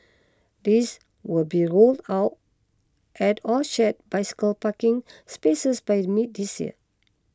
these will be rolled out at all shared bicycle parking spaces by mid this year